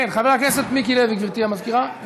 חבר הכנסת מיקי לוי, גברתי המזכירה.